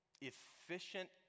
efficient